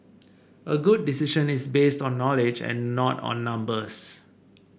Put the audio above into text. a good decision is based on knowledge and not on numbers